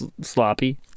sloppy